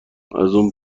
اون